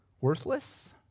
worthless